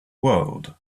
world